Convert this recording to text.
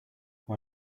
why